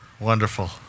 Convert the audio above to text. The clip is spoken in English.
Wonderful